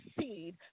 seed